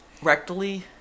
Rectally